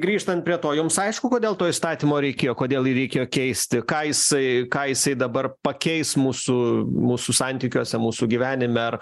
grįžtant prie to jums aišku kodėl to įstatymo reikėjo kodėl reikėjo keisti ką jisai ką jisai dabar pakeis mūsų mūsų santykiuose mūsų gyvenime ar